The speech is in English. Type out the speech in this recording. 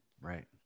Right